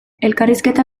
elkarrizketa